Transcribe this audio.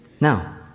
Now